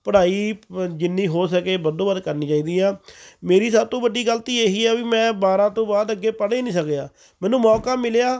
ਪੜ੍ਹਾਈ ਜਿੰਨੀ ਹੋ ਸਕੇ ਵੱਧੋ ਵੱਧ ਕਰਨੀ ਚਾਹੀਦੀ ਆ ਮੇਰੀ ਸਭ ਤੋਂ ਵੱਡੀ ਗਲਤੀ ਇਹੀ ਆ ਵੀ ਮੈਂ ਬਾਰ੍ਹਾਂ ਤੋਂ ਬਾਅਦ ਅੱਗੇ ਪੜ੍ਹ ਏ ਨਹੀਂ ਸਕਿਆ ਮੈਨੂੰ ਮੌਕਾ ਮਿਲਿਆ